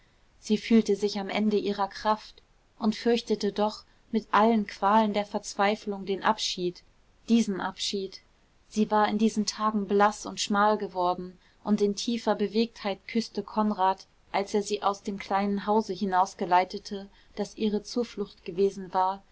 sie fühlte sich am ende ihrer kraft und fürchtete doch mit allen qualen der verzweiflung den abschied diesen abschied sie war in diesen tagen blaß und schmal geworden und in tiefer bewegtheit küßte konrad als er sie aus dem kleinen hause hinausgeleitete das ihre zuflucht gewesen war